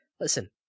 Listen